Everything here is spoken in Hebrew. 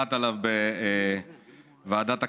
שהוחלט עליו בוועדת הכספים,